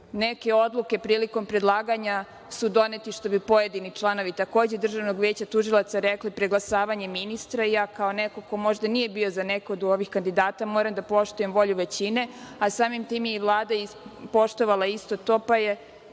Neke odluke prilikom predlaganja su donete, što bi pojedini članovi takođe Državnog veća tužilaca rekli preglasavanjem ministra. Ja kao neko ko možda nije bio za nekog od ovih kandidata moram da poštujem volju većine, a samim tim je i Vlada poštovala isto to, pa je